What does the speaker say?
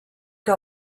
que